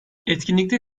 etkinlikte